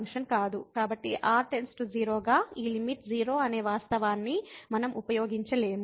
కాబట్టి r → 0 గా ఈ లిమిట్ 0 అనే వాస్తవాన్ని మనం ఉపయోగించలేము